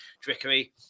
trickery